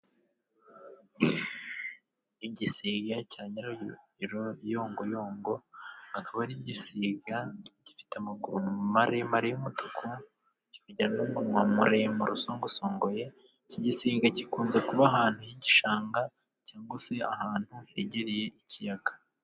Igisiga cya Nyiraruyongoyongo, akaba ari igisiga gifite amaguru maremare y'umutuku, kikagira n'umunwa muremure usongosongoye, icyo gisiga gikunze kuba ahantu h'igishanga, cyangwa se ahantu hegereye ikiyaga.